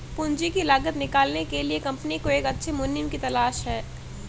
पूंजी की लागत निकालने के लिए कंपनी को एक अच्छे मुनीम की तलाश है